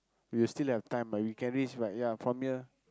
we'll still have time but we can reach like ya from here